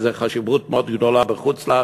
כי יש לזה חשיבות מאוד גדולה בחוץ-לארץ,